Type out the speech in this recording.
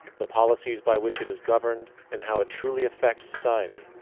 the policies by which it is governed, and how it truly affects society,